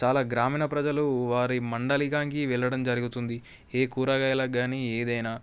చాలా గ్రామీణ ప్రజలు వారి మండలానికి వెళ్ళడం జరుగుతుంది ఏ కూరగాయలకు కానీ ఏదైనా